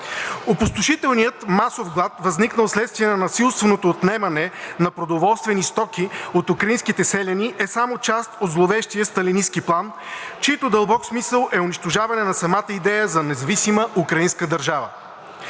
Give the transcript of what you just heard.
Опустошителният масов глад, възникнал в следствие на насилственото отнемане на продоволствени стоки от украинските селяни, е само част от зловещия сталинистки план, чийто дълбок смисъл е унищожаване на самата идея за независима украинска държава.